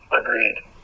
Agreed